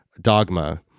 dogma